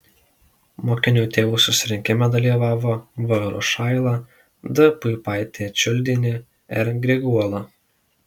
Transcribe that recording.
mokinių tėvų susirinkime dalyvavo v rušaila d puipaitė čiuldienė r griguola